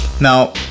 Now